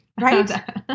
Right